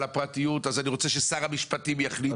הפרטיות ולכן אתה רוצה ששר המשפטים יחליט,